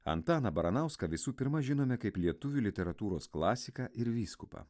antaną baranauską visų pirma žinome kaip lietuvių literatūros klasiką ir vyskupą